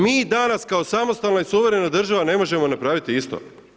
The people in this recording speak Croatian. Mi danas kao samostalna i suverena država ne možemo napraviti isto.